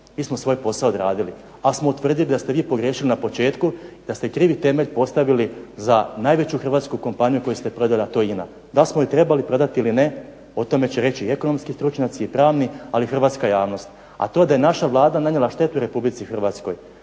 Mi smo svoj posao odradili. Ali smo utvrdili da ste vi pogriješili na početku, da ste krivi temelj postavili za najveću hrvatsku kompaniju koju ste prodali, a to je INA. Da li smo je trebali prodati ili ne o tome će reći ekonomski stručnjaci i pravni, ali i hrvatska javnost. A to da je naša Vlada nanijela štetu Republici Hrvatskoj,